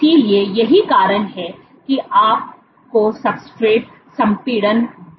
इसलिए यही कारण है कि आपको सब्सट्रेट संपीड़न बढ़ जाता है